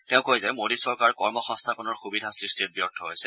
তেওঁ কয় যে মোদী চৰকাৰ কৰ্মসংস্থাপনৰ সুবিধা সৃষ্টিত ব্যৰ্থ হৈছে